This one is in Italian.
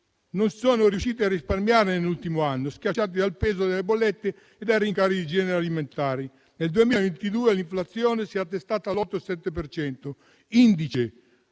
non sono riusciti a risparmiare nell'ultimo anno, schiacciati dal peso delle bollette e dal rincaro dei generi alimentari. Nel 2022 l'inflazione si è attestata all'8,7 per